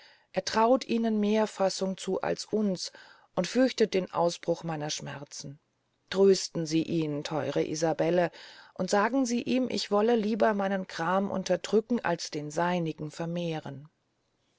er traut ihnen mehr fassung zu als uns und fürchtet den ausbruch meiner schmerzen trösten sie ihn theure isabelle und sagen sie ihm ich wolle lieber meinen gram unterdrücken als den seinigen vermehren